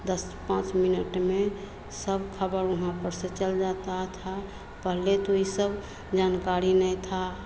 दस पाँच मिनट में सब खबर यहाँ पर से चल जाता आत है पहले तो ई सब जानकाड़ी नै था